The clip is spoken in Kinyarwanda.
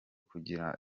kugira